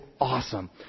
awesome